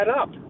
up